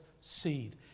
seed